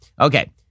Okay